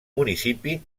municipi